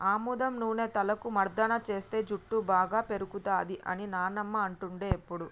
ఆముదం నూనె తలకు మర్దన చేస్తే జుట్టు బాగా పేరుతది అని నానమ్మ అంటుండే ఎప్పుడు